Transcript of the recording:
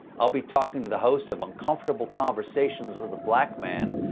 i'll be talking to the host of uncomfortable conversations with a black man,